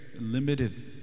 limited